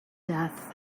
death